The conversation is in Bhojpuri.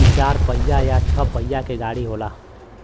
इ चार पहिया या छह पहिया के गाड़ी होला